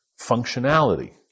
functionality